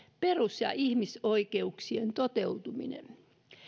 perus ja ihmisoikeuksien toteutuminen